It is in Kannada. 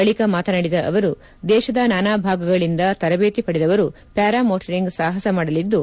ಬಳಿಕ ಮಾತನಾಡಿದ ಅವರು ದೇಶದ ನಾನಾ ಭಾಗಗಳಿಂದ ತರಬೇತಿ ಪಡೆದವರು ಪ್ಟಾರಮೋಟರಿಂಗ್ ಸಾಹಸ ಮಾಡಲಿದ್ದು